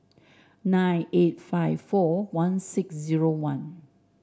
nine eight five four one six zero one